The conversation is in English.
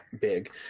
big